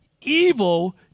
evil